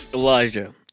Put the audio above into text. Elijah